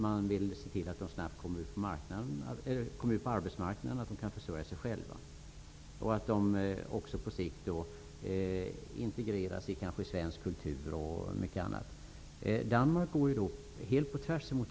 Vi vill se till att de snabbt kommer ut på arbetsmarknaden så att de kan försörja sig själva och att de också på sikt integreras i svensk kultur etc. I Danmark gör man helt tvärt emot.